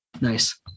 Nice